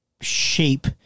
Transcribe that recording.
Shape